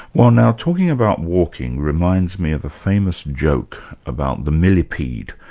well now talking about walking reminds me of a famous joke about the millipede.